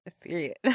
period